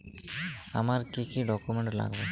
আমার কি কি ডকুমেন্ট লাগবে?